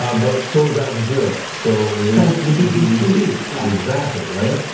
ah but so is al jazeera, so is the bbc right exactly, right.